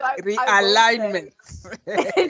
Realignment